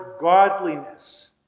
godliness